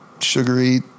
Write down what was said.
Sugary